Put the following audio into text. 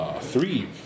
Three